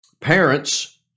Parents